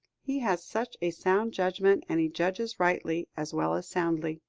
he has such a sound judgment, and he judges rightly, as well as soundly.